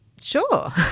sure